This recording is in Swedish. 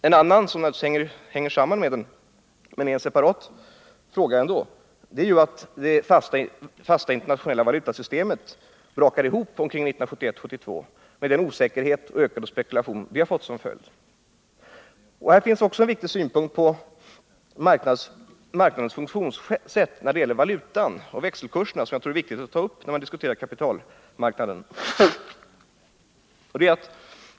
En annan förändring, som naturligtvis hänger samman med den men som ändå är en separat fråga, är att det fasta internationella valutasystemet brakade ihop omkring 1971-1972 med den osäkerhet och ökade spekulation som detta fick till följd. Här finns också en viktig synpunkt på marknadens funktionssätt när det gäller valutan och växelkurserna som är viktig att ta upp när vi diskuterar kapitalmarknaden.